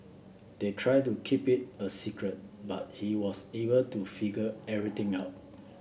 they tried to keep it a secret but he was able to figure everything out